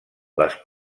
les